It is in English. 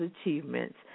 achievements